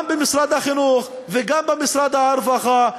גם במשרד החינוך וגם במשרד הרווחה.